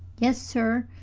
yes, sir.